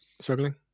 Struggling